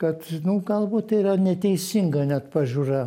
kad nu galbūt tai yra neteisinga net pažiūra